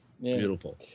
Beautiful